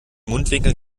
mundwinkeln